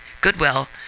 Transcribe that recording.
Goodwill